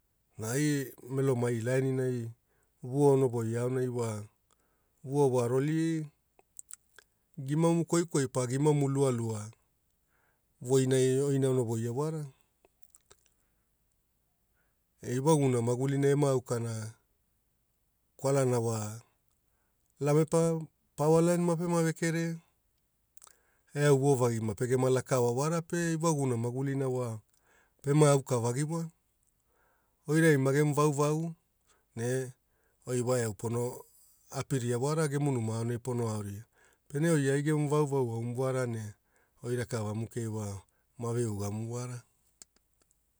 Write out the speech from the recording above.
Na ai Melomai laininai wa vuo ono voi anai wa vuo wa roli gimamu koikoi pa gimamu lualua voinai oina ono voia wara. Ewagumona maguli ema aukana kwalana wa lamepa, pawa lain mapema vekere eau vovagi mapege lakaoa wara pe, ewagumona magulina wa pema auka vagi wa. Oi rai magemu vauvau ne oi wa eau pono apiraia wara gemu numa aonai pono aoria pene oi aigema vauvau aumu wara ne oi rakavamu kei wa ma veugamu wara.